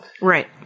Right